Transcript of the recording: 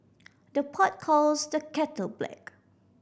the pot calls the kettle black